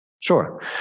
Sure